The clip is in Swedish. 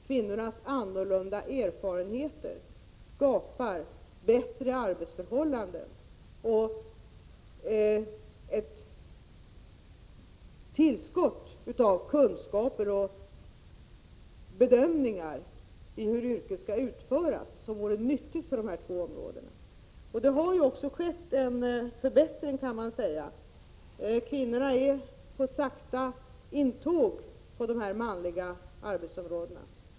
Kvinnornas annorlunda erfarenheter skapar bättre arbetsförhållanden och innebär ett tillskott av kunskaper och bedömningar beträffande hur yrket skall utföras som det vore nyttigt för dessa områden att få del av. Man kan också säga att det har skett en förbättring. Kvinnorna är på sakta intåg inom dessa manliga arbetsområden.